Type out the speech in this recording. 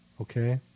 okay